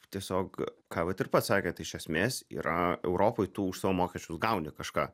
tiesiog ką vat ir pats sakėt iš esmės yra europoj tu už savo mokesčius gauni kažką